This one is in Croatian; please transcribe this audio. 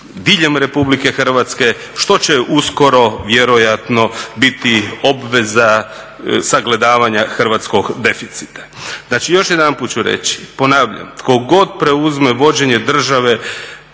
diljem Republike Hrvatske, što će uskoro vjerojatno biti obveza sagledavanja hrvatskog deficita. Znači još jedanput ću reći, ponavljam, tko god preuzme vođenje države